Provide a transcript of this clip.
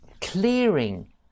clearing